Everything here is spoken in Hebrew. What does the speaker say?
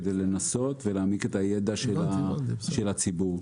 כדי לנסות ולהעמיק את הידע של הציבור.